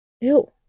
ew